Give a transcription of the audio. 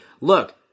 look